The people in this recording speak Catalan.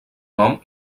nom